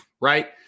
right